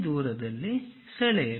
ದೂರದಲ್ಲಿ ಸೆಳೆಯಿರಿ